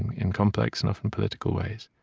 in complex and often political ways